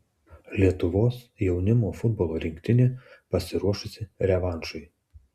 lietuvos jaunimo futbolo rinktinė pasiruošusi revanšui